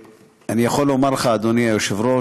אני יכול לומר לך, אדוני היושב-ראש,